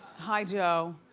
hi joe.